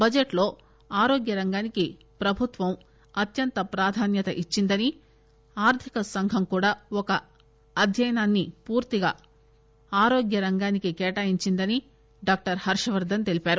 budget లో ఆరోగ్య రంగానికి ప్రభుత్వం అత్యంత ప్రాధాన్యం ఇచ్చిందని ఆర్థిక సంఘం కూడా ఒక అధ్యయానాన్ని పూర్తిగా ఆరోగ్యానికి కేటాయించిందని డాక్టర్ హర్ష వర్దస్ తెలిపారు